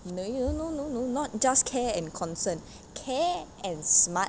no no no no no not just care and concern care and smart